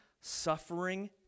suffering